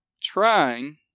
trying